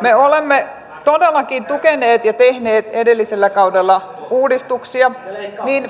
me olemme todellakin tukeneet ja tehneet edellisellä kaudella uudistuksia niin